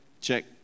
check